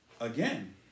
again